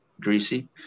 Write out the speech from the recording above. greasy